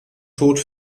tod